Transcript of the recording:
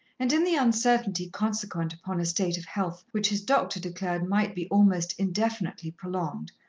and in the uncertainty consequent upon a state of health which his doctor declared might be almost indefinitely prolonged,